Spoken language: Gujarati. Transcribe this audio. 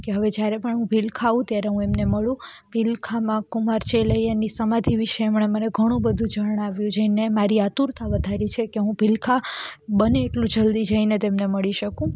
કે હવે જ્યારે પણ હું ભીલખા આવું ત્યારે હું એમને મળું ભીલખામાં કુમાર ચેલૈયાની સમાધિ વિષે એમણે ઘણું બધું જણાવ્યું જેણે મારી આતુરતા વધારી છે કે હું ભીલખા બને એટલું જલ્દી જઈને તેમણે મળી શકું